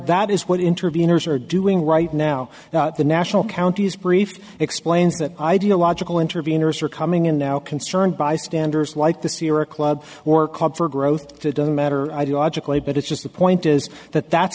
hat is what intervenors are doing right now at the national county's brief explains that ideological intervenors are coming in now concerned bystanders like the sierra club or club for growth to doesn't matter ideologically but it's just the point is that that's